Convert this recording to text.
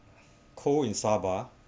cold in sabah